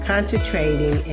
Concentrating